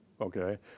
okay